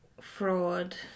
fraud